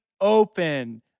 open